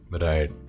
Right